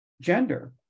gender